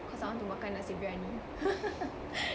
cause I want to makan nasi biryani